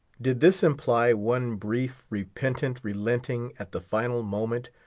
did this imply one brief, repentant relenting at the final moment,